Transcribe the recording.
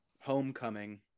homecoming